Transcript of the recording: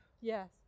Yes